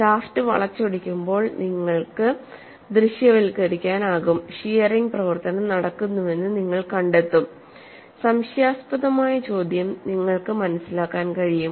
shaft വളച്ചൊടിക്കുമ്പോൾ നിങ്ങൾക്ക് ദൃശ്യവൽക്കരിക്കാനാകും ഷിയറിങ് പ്രവർത്തനം നടക്കുന്നുവെന്ന് നിങ്ങൾ കണ്ടെത്തും സംശയാസ്പദമായ ചോദ്യം നിങ്ങൾക്ക് മനസിലാക്കാൻ കഴിയും